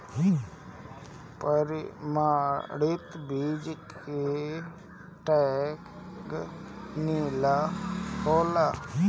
प्रमाणित बीज के टैग नीला होला